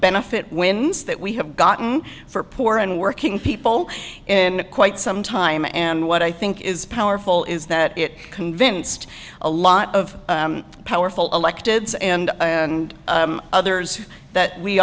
benefit wins that we have gotten for poor and working people in quite some time and what i think is powerful is that it convinced a lot of powerful electives and and others that we